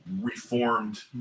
reformed